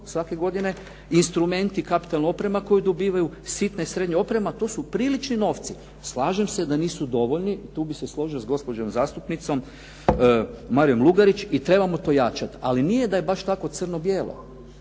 svake godine, instrumenti, kapitalna oprema koju dobivaju, sitna i srednja oprema. To su prilični novci. Slažem se da nisu dovoljni, tu bih se složio s gospođom zastupnicom Marijom Lugarić i trebamo to jačat, ali nije da je baš tako crno-bijelo.